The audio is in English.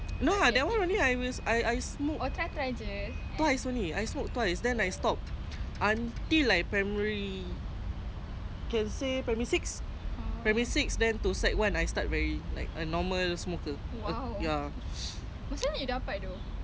no lah that [one] only I was I I smoke twice only I smoke twice then I stopped until like primary can say primary six primary six then to sec one then I start very like a normal smoker ya